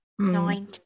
Nine